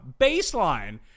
Baseline